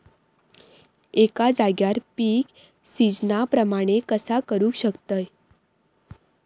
एका जाग्यार पीक सिजना प्रमाणे कसा करुक शकतय?